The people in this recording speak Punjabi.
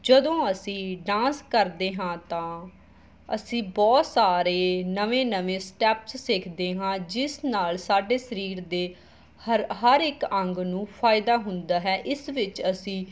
ਜਦੋਂ ਅਸੀਂ ਡਾਂਸ ਕਰਦੇ ਹਾਂ ਤਾਂ ਅਸੀਂ ਬਹੁਤ ਸਾਰੇ ਨਵੇਂ ਨਵੇਂ ਸਟੈਪਸ ਸਿੱਖਦੇ ਹਾਂ ਜਿਸ ਨਾਲ ਸਾਡੇ ਸਰੀਰ ਦੇ ਹਰ ਹਰ ਇੱਕ ਅੰਗ ਨੂੰ ਫ਼ਾਇਦਾ ਹੁੰਦਾ ਹੈ ਇਸ ਵਿੱਚ ਅਸੀਂ